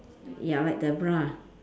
ya like the bra